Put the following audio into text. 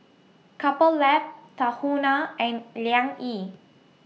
Couple Lab Tahuna and Liang Yi